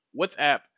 WhatsApp